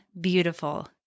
beautiful